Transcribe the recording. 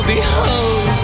Behold